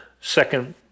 second